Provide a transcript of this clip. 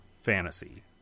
fantasy